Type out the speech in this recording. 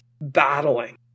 battling